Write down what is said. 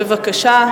בבקשה.